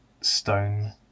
stone